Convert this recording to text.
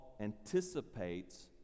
anticipates